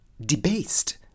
debased